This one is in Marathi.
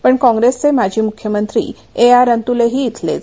पण कॉप्रेसचे माजी मृख्यमंत्री ए आर अंतुलेही इथलेच